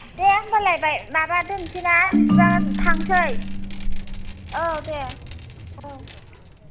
दे होनब्लाय माबा दोनसैना बिदिब्ला थांसै औ दे औ